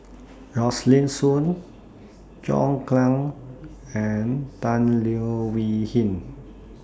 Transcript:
Rosaline Soon John Clang and Tan Leo Wee Hin